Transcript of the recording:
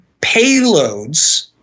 payloads